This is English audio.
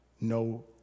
no